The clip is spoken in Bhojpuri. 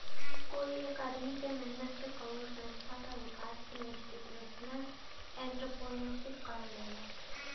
कोई एक आदमी क मेहनत से कउनो संस्था क विकास के इंस्टीटूशनल एंट्रेपर्नुरशिप कहल जाला